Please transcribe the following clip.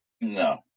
no